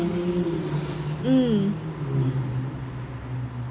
mm